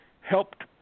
helped